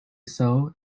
sow